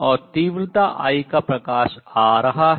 और तीव्रता I I का प्रकाश आ रहा है